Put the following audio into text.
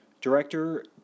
Director